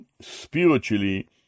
spiritually